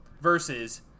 versus